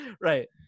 right